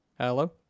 Hello